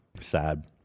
Sad